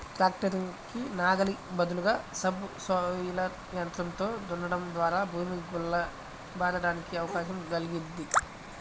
tractor కి నాగలి బదులుగా సబ్ సోయిలర్ యంత్రంతో దున్నడం ద్వారా భూమి గుల్ల బారడానికి అవకాశం కల్గిద్ది